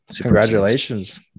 Congratulations